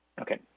Okay